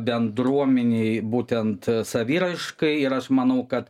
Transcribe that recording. bendruomenei būtent saviraiškai ir aš manau kad